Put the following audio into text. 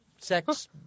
Sex